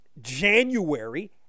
January